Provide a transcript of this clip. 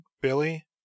Billy